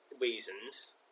reasons